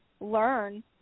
learn